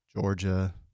Georgia